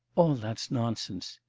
all that's nonsense!